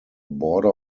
border